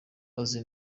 azi